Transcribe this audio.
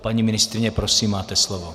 Paní ministryně, prosím, máte slovo.